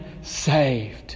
saved